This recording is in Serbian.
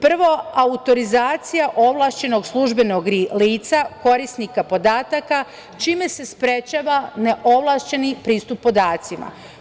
Prvo, autorizacija ovlašćenog službenog lica, korisnika podataka, čime se sprečava neovlašćeni pristup podacima.